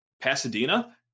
Pasadena